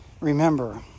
Remember